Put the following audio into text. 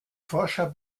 forscher